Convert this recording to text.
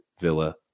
Villa